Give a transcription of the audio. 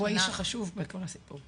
הוא האיש החשוב בכל הסיפור.